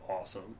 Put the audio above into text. awesome